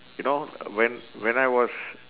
you know when when I was